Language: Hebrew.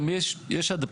גם יש אדפטציה.